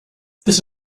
this